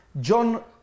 John